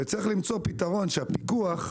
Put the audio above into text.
וצריך למצוא פתרון שהפיקוח,